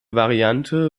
variante